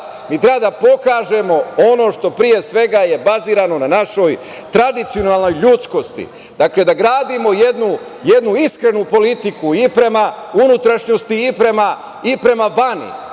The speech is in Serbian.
Mi treba da pokažemo ono što je pre svega bazirano na našoj tradicionalnoj ljudskosti, da gradimo jednu iskrenu politiku i prema unutrašnjosti i prema vani,